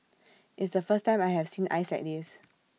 it's the first time I have seen ice like this